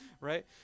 right